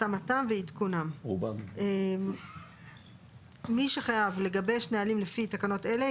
התאמתם ועדכונם 23. א)מי שחייב לגבש נהלים לפי תקנות אלה,